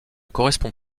correspond